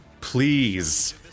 please